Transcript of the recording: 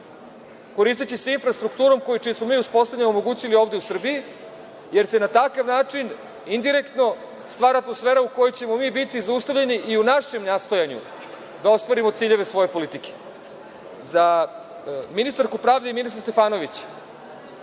koristeći se infrastrukturom čije smo mi uspostavljanje omogućili ovde u Srbiji, jer se na takav način, indirektno stvara atmosfera u kojoj ćemo mi biti zaustavljeni i u našem nastojanju da ostvarimo ciljeve svoje politike.Za ministarku pravde i ministra Stefanovića